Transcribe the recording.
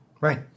Right